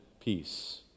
peace